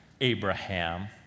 Abraham